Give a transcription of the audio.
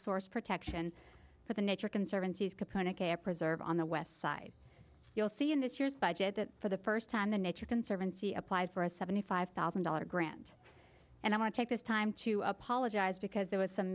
source protection for the nature conservancy preserve on the west side you'll see in this year's budget that for the first time the nature conservancy applied for a seventy five thousand dollars grant and i want to take this time to apologize because there was some